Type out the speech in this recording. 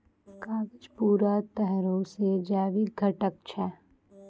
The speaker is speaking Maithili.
कागज पूरा तरहो से जैविक घटक छै